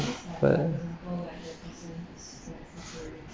but